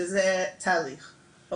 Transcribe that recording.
וזה תהליך,